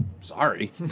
Sorry